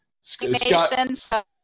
Scott